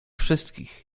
wszystkich